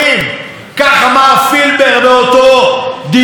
שאלתי, מי אתה שתחליט להשקיע בתשתית?